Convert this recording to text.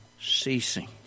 ceasing